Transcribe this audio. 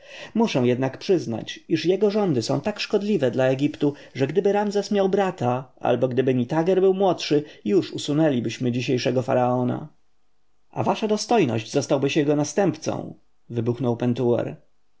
muszę jednak przyznać iż jego rządy są tak szkodliwe dla egiptu że gdyby ramzes miał brata albo gdyby nitager był młodszy już usunęlibyśmy dzisiejszego faraona a wasza dostojność zostałbyś jego następcą wybuchnął pentuer